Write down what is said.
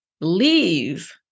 leave